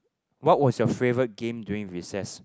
what was your favourite game during recess